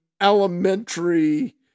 elementary